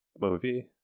movie